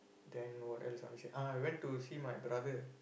then what else I wanna say ah I went to see my brother